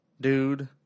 dude